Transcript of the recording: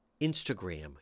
Instagram